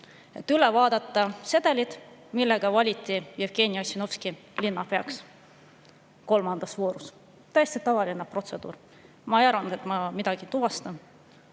üle vaadata sedelid, millega valiti Jevgeni Ossinovski linnapeaks kolmandas voorus. Täiesti tavaline protseduur. Ma ei arvanud, et ma midagi tuvastan.